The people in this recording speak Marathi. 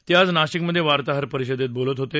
ते आज नाशिकमध्ये वार्ताहर परिषदेत बोलत होते